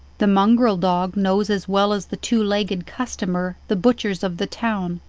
the mongrel dog knows as well as the two-leg ed customer the butchers of the town,